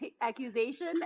accusation